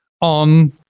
on